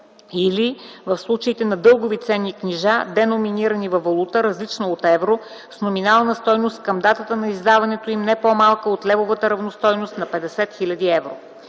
или в случаите на дългови ценни книжа, деноминирани във валута, различна от евро, с номинална стойност към датата на издаването им не по-малка от левовата равностойност на 50 000 евро.